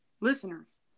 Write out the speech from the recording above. listeners